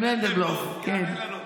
מנדלבלוף יענה לנו.